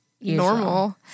normal